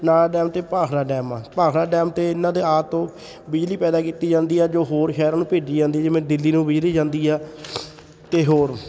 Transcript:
ਨਾ ਡੈਮ ਅਤੇ ਭਾਖੜਾ ਡੈਮ ਆ ਭਾਖੜਾ ਡੈਮ ਅਤੇ ਇਹਨਾਂ ਦੇ ਆਦਿ ਤੋਂ ਬਿਜਲੀ ਪੈਦਾ ਕੀਤੀ ਜਾਂਦੀ ਆ ਜੋ ਹੋਰ ਸ਼ਹਿਰਾਂ ਨੂੰ ਭੇਜੀ ਜਾਂਦੀ ਜਿਵੇਂ ਦਿੱਲੀ ਨੂੰ ਬਿਜਲੀ ਜਾਂਦੀ ਆ ਤੇ ਹੋਰ